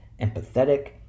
empathetic